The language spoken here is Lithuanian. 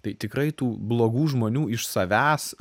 tai tikrai tų blogų žmonių iš savęs